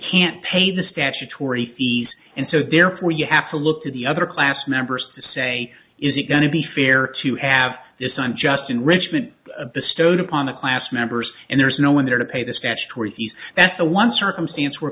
can't pay the statutory fees and so therefore you have to look to the other class members to say is it going to be fair to have this time just enrichment bestowed upon a class members and there's no one there to pay the statutory fees that's the one circumstance where